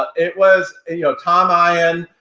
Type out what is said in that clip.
it was, you know, tom eyen,